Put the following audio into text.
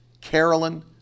Carolyn